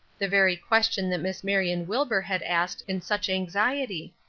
the very question that miss marion wilbur had asked in such anxiety.